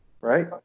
Right